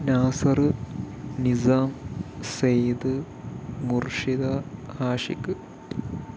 Nasar Nizam Sayed Murshida Ashiq